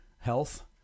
health